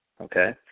okay